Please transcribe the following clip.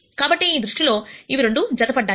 కాబట్టి ఈ దృష్టిలో అవి రెండూ జత పడ్డాయి